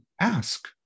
Ask